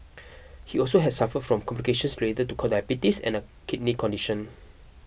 he also has suffered from complications related to diabetes and a kidney condition